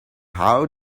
how